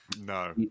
No